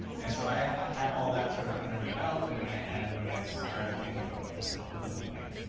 and so i had all that sort of under my belt and in my head when i started thinking about what this book would look like.